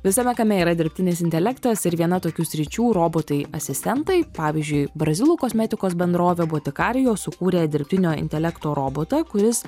visame kame yra dirbtinis intelektas ir viena tokių sričių robotai asistentai pavyzdžiui brazilų kosmetikos bendrovė botikarijo sukūrė dirbtinio intelekto robotą kuris